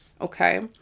okay